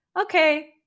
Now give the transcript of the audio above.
okay